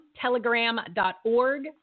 telegram.org